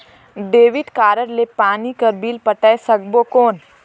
Debit card ले पानी कर बिल पटाय सकबो कौन?